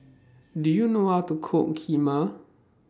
Do YOU know How to Cook Kheema